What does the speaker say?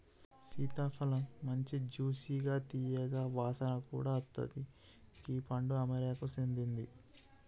సీతాఫలమ్ మంచి జ్యూసిగా తీయగా వాసన కూడా అత్తది గీ పండు అమెరికాకు సేందింది